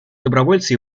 добровольцы